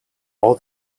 all